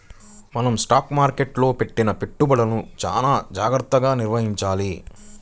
మనం స్టాక్ మార్కెట్టులో పెట్టిన పెట్టుబడులను చానా జాగర్తగా నిర్వహించాలి